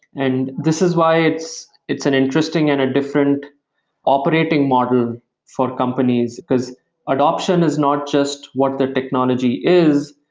and this is why it's it's an interesting and a different operating model for companies, because adoption is not just what their technology is,